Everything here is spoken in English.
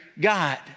God